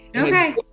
okay